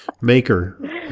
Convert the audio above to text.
maker